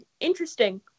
interesting